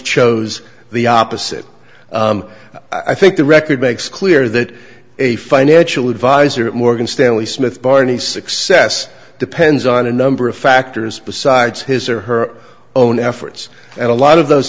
chose the opposite i think the record makes clear that a financial advisor at morgan stanley smith barney success depends on a number of factors besides his or her own efforts and a lot of those